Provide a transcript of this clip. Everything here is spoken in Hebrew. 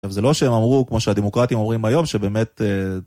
זה לא שהם אמרו, כמו שהדמוקרטים אומרים היום, שבאמת...